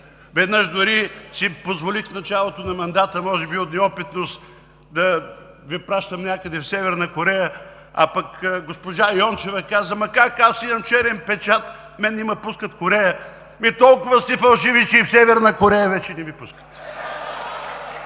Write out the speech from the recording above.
Веднъж дори си позволих в началото на мандата, може би от неопитност, да Ви пращам някъде в Северна Корея, а пък госпожа Йончева каза: „Как? Аз имам черен печат, мен не ме пускат в Корея“. Толкова сте фалшиви, че и в Северна Корея вече не Ви пускат.